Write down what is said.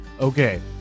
okay